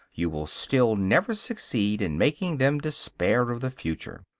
you will still never succeed in making them despair of the future.